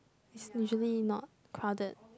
is usually not crowded